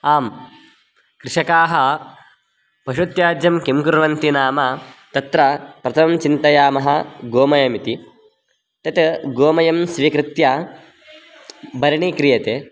आं कृषकाः पशुत्याज्यं किं कुर्वन्ति नाम तत्र प्रथमं चिन्तयामः गोमयमिति तत् गोमयं स्वीकृत्य बर्णी क्रियते